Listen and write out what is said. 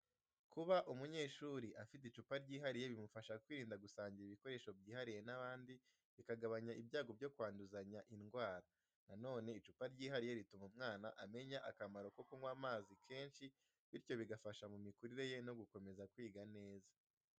Kuba umunyeshuri afite icupa ryihariye bimufasha kwirinda gusangira ibikoresho byihariye n’abandi, bikagabanya ibyago byo kwanduzanya indwara. Na none, icupa ryihariye rituma umwana amenya akamaro ko kunywa amazi kenshi, bityo bigafasha mu mikurire ye no gukomeza kwiga neza.